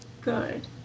good